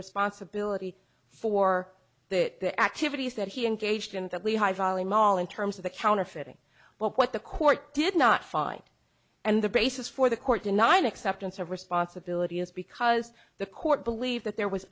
responsibility for that the activities that he engaged in that lehigh valley mall in terms of the counterfeiting but what the court did not find and the basis for the court denied acceptance of responsibility is because the court believe that there was